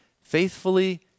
Faithfully